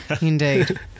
Indeed